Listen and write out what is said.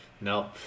Nope